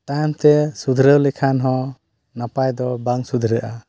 ᱛᱟᱭᱚᱢᱛᱮ ᱥᱩᱫᱷᱨᱟᱹᱣ ᱞᱮᱱᱠᱷᱟᱱ ᱦᱚᱸ ᱱᱟᱯᱟᱭᱫᱚ ᱵᱟᱝ ᱥᱩᱫᱷᱨᱟᱹᱜᱼᱟ